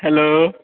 hello